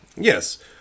Yes